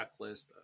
checklist